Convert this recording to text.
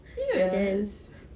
serious